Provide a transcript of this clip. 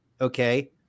okay